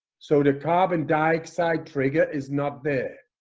so the carbon dioxide trigger is not there